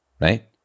right